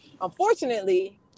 unfortunately